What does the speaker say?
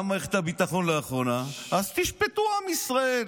גם במערכת הביטחון לאחרונה, אז תשפטו, עם ישראל.